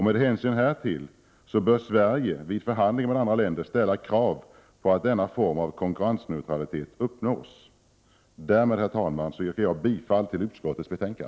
Med hänsyn härtill bör Sverige vid förhandlingar med andra länder ställa krav på att denna form av konkurrensneutralitet uppnås. Därmed, herr talman, yrkar jag bifall till utskottets hemställan.